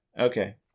Okay